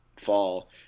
fall